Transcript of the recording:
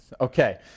Okay